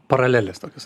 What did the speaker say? paralelės tokios